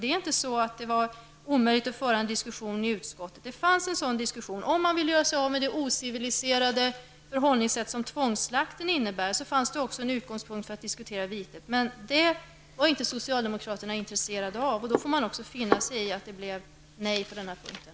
Det var inte omöjligt att föra en diskussion i utskottet. Det fanns en diskussion. Det fanns en utgångspunkt att diskutera om man ville göra sig av med den ociviliserade tvångsslakten. Men det var inte socialdemokraterna intresserade av. Då får man finna sig i att det blev nej på den punkten.